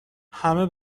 همه